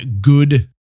good